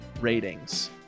ratings